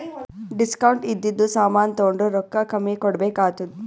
discount ಇದ್ದಿದು ಸಾಮಾನ್ ತೊಂಡುರ್ ರೊಕ್ಕಾ ಕಮ್ಮಿ ಕೊಡ್ಬೆಕ್ ಆತ್ತುದ್